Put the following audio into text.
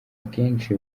akenshi